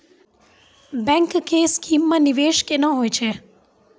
Bank के scheme मे निवेश केना होय छै?